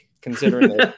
considering